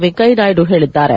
ವೆಂಕಯ್ಥನಾಯ್ದು ಹೇಳಿದ್ದಾರೆ